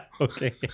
Okay